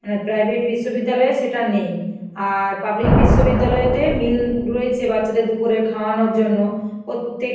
মানে প্রাইভেট বিশ্ববিদ্যালয়ে সেটা নেই আর পাবলিক বিশ্ববিদ্যালয়েতে মিল রয়েছে বাচ্চাদের দুপুরের খাওয়ানোর জন্য প্রত্যেক